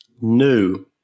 New